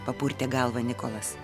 papurtė galvą nikolas